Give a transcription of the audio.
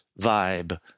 vibe